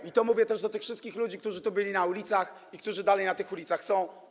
I to mówię też do tych wszystkich ludzi, którzy tu byli na ulicach i którzy dalej na tych ulicach są.